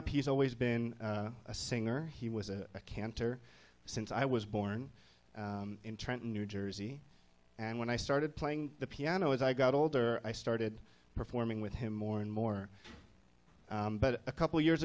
up he's always been a singer he was a cantor since i was born in trenton new jersey and when i started playing the piano as i got older i started performing with him more and more but a couple of years